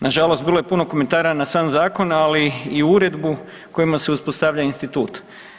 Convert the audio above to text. Nažalost, bilo je puno komentara na sam zakon, ali i uredbu kojima se uspostavlja institut.